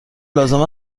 لازم